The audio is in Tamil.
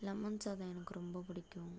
லெமன் சாதம் எனக்கு ரொம்ப பிடிக்கும்